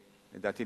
לדעתי,